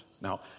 Now